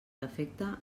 defecte